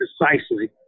precisely